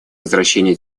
возвращения